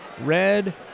red